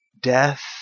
death